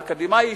האקדמי,